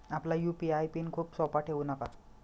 आपला UPI pin खूप सोपा ठेवू नका